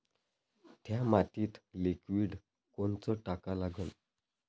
थ्या मातीत लिक्विड कोनचं टाका लागन?